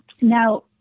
Now